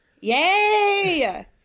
Yay